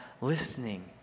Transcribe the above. listening